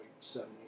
seven